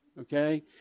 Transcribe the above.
Okay